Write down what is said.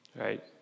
right